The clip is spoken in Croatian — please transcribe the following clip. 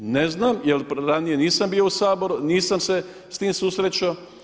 Ne znam, jer ranije nisam bio u Saboru, nisam se s tim susretao.